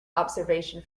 observation